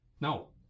No